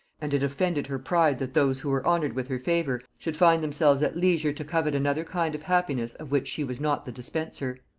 and it offended her pride that those who were honored with her favor should find themselves at leisure to covet another kind of happiness of which she was not the dispenser.